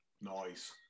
Nice